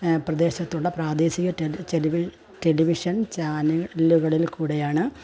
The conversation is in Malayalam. പ്രദേശത്തുള്ള പ്രാദേശിക ടെലി ടെലിവിഷൻ ചാനലുകളിൽ കൂടെയാണ്